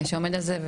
שעומד על זה.